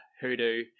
hoodoo